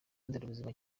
nderabuzima